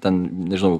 ten nežinau